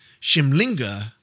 Shimlinga